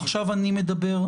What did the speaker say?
עכשיו אני מדבר,